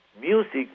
music